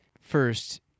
first